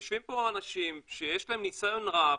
יושבים פה אנשים שיש להם ניסיון רב,